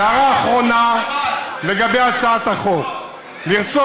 והערה אחרונה לגבי הצעת החוק: לרצות